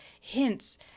hints